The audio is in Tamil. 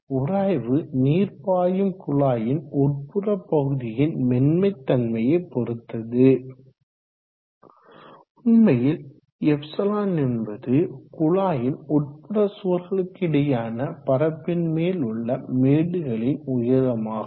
உராய்வு நீர் பாயும் குழாயின் உட்புற பகுதியின் மென்மை தன்மையை பொறுத்தது உண்மையில் ε என்பது குழாயின் உட்புற சுவர்களுக்கிடையையான பரப்பின் மேல் உள்ள மேடுகளின் உயரமாகும்